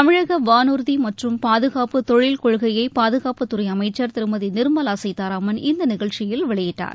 தமிழக வானூர்தி மற்றும் பாதுகாப்பு தொழில் கொள்கையை பாதுகாப்பு துறை அமைச்சர் திருமதி நிர்மலா சீதாராமன் இந்த நிகழ்ச்சியில் வெளியிட்டார்